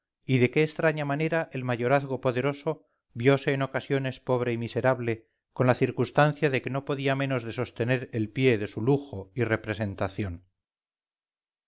y de qué extraña manera el mayorazgo poderoso viose en ocasiones pobre y miserable con la circunstancia de que no podía menos de sostener el pie de su lujo y representación